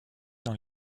dans